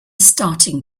starting